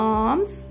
arms